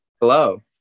Hello